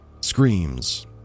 screams